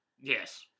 Yes